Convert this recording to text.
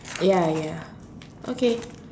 ya ya okay